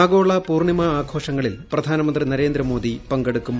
ആഗ്ഗോള് പൂർണിമ ആഘോഷങ്ങളിൽ പ്രധാനമന്ത്രി നരേന്ദ്രമോദി പ്രങ്കെടുക്കും